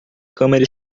câmera